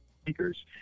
speakers